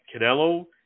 Canelo